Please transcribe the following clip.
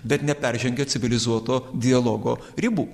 bet neperžengia civilizuoto dialogo ribų